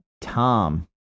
Tom